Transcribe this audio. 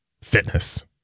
fitness